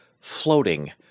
floating